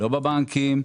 לא בבנקים.